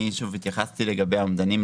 התייחסתי לגבי האומדנים.